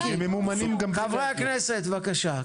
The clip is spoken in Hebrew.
הם ממומנים גם --- חברי הכנסת, בבקשה.